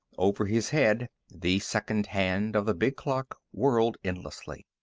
over his head, the second hand of the big clock whirled endlessly.